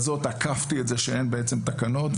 עקפתי את זה שאין בעצם תקנות,